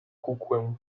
kukłę